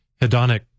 hedonic